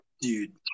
Dude